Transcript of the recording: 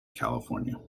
california